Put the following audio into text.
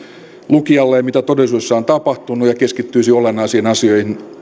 lukijalleen mitä todellisuudessa on tapahtunut ja keskittyisi olennaisiin asioihin